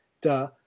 duh